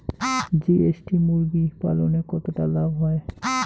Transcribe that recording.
GST মুরগি পালনে কতটা লাভ হয়?